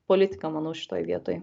politika manau šitoj vietoj